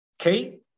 okay